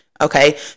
Okay